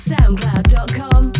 SoundCloud.com